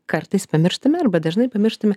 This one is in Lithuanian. kartais pamirštame arba dažnai pamirštame